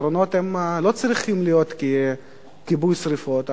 אני רוצה לומר שהפתרונות לא צריכים להיות בצורת כיבוי שרפות.